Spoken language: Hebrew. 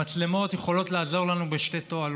המצלמות יכולות לעזור לנו בשתי תועלות: